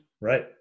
Right